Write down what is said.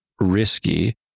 risky